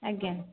ଆଜ୍ଞା